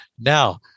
Now